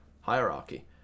hierarchy